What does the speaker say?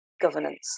governance